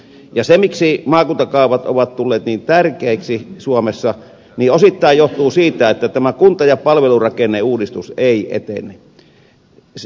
se miksi maakuntakaavat ovat tulleet niin tärkeiksi suomessa osittain johtuu siitä että tämä kunta ja palvelurakenneuudistus ei etene